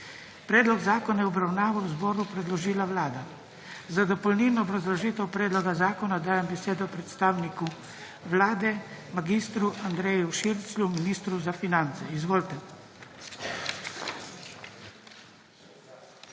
Predlog zakona je v obravnavo zboru predložila Vlada. Za dopolnilno obrazložitev predloga zakona dajem besedo predstavniku Vlade, mag. Andreju Širclju, ministru za finance. Izvolite.